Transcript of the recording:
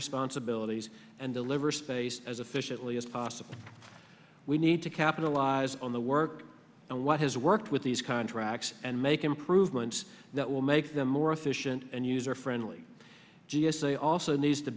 responsibilities and deliver space as efficiently as possible we need to capitalise on the work and what has worked with these contracts and make improvements that will make them more efficient and user friendly g s a also needs to